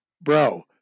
bro